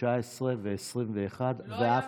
התשע-עשרה והעשרים-ואחת.